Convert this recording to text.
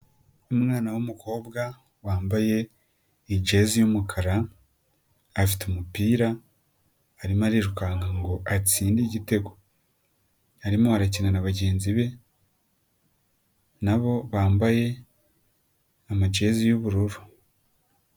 Umwana w'umukobwa wambaye ijezi y'umukara, afite umupira arimo arirukanka ngo atsinde igitego. Arimo arakina na bagenzi be na bo bambaye amajezi y'ubururu.